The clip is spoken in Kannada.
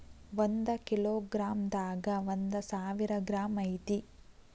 ಒಂದ ಕಿಲೋ ಗ್ರಾಂ ದಾಗ ಒಂದ ಸಾವಿರ ಗ್ರಾಂ ಐತಿ